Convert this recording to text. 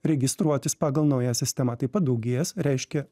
registruotis pagal naują sistemą taip pat daugės reiškia